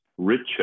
richer